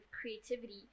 creativity